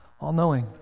all-knowing